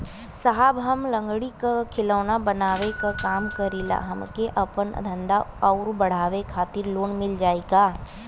साहब हम लंगड़ी क खिलौना बनावे क काम करी ला हमके आपन धंधा अउर बढ़ावे के खातिर लोन मिल जाई का?